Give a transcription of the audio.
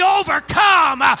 overcome